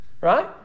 right